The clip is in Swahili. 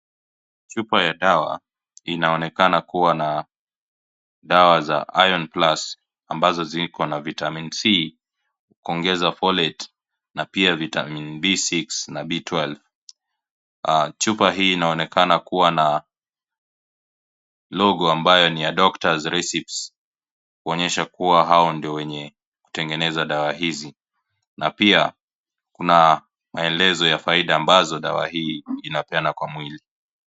Chupa ya dawa inaonekana kuwa na dawa za Iron Plus ambazo ziko na Vitamin C , kuongeza Folate na pia Vitamin B6 na B12 . Chupa hii inaonekana kuwa na logo ambayo ni ya Doctor's recipes kuonyesha kuwa hao ndio wenye kutengeneza dawa hizi. Na pia kuna maelezo ya faida ambazo dawa hii inapeanwa kwa mwili.